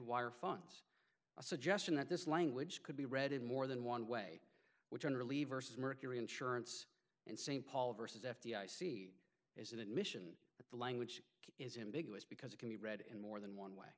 wire funds a suggestion that this language could be read in more than one way which one reliever says mercury insurance and st paul versus f d i c is an admission that the language is in big was because it can be read in more than one way